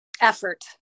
effort